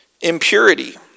Impurity